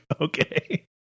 okay